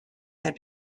had